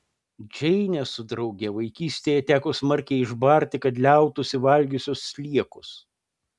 džeinę su drauge vaikystėje teko smarkiai išbarti kad liautųsi valgiusios sliekus